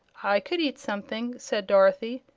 i could eat something, said dorothy.